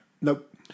Nope